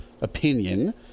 opinion